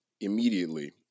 immediately